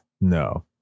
No